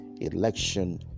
election